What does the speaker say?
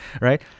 right